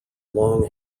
long